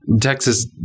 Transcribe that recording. Texas